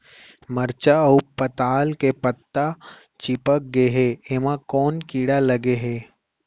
मरचा अऊ पताल के पत्ता चिपक गे हे, एमा कोन कीड़ा लगे है?